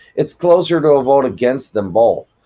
it's closer to a vote against them both,